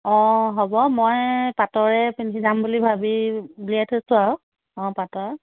অ হ'ব মই পাটৰে পিন্ধি যাম বুলি ভাবি উলিয়াই থৈছোঁ আৰু অ পাটৰ